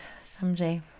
someday